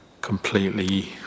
completely